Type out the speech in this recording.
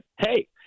hey